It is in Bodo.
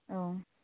औ